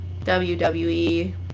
WWE